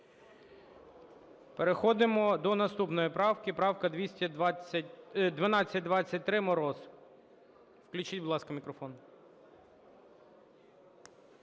Переходимо до наступної правки. Правка 1223, Мороз. Включіть, будь ласка, мікрофон.